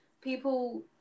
people